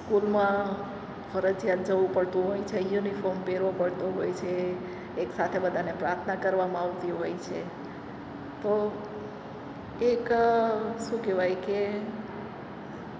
સ્કૂલમાં ફરજિયાત જવું પડતું હોય છે યુનિફોર્મ પહેરવો પડતો હોય છે એક સાથે બધાને પ્રાર્થના કરવામાં આવતી હોય છે તો એક શું કહેવાય કે